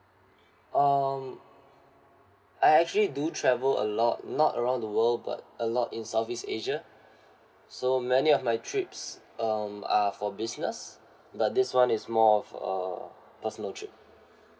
um I actually do you travel a lot not around the world but a lot in southeast asia so many of my trips um are for business but this one is more of a personal trip